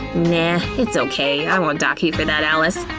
nah, it's okay, i won't dock you for that, alice.